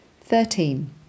Thirteen